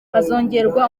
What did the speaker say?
hazongerwa